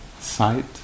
sight